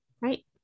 Right